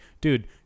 dude